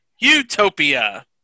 Utopia